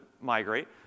migrate